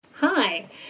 Hi